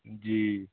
जी